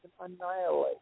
Annihilate